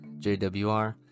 JWR